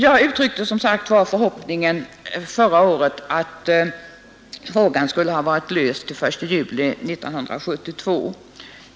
Jag uttryckte som sagt förra året förhoppningen att frågan skulle ha varit löst den 1 juli 1972.